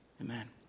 Amen